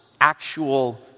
actual